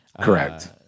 Correct